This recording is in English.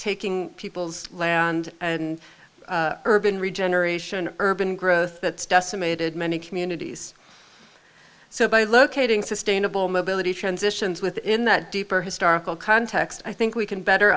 taking people's land and urban regeneration urban growth that decimated many communities so by locating sustainable mobility transitions within that deeper historical context i think we can better